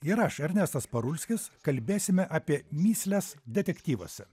ir aš ernestas parulskis kalbėsime apie mįsles detektyvuose